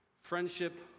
Friendship